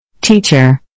Teacher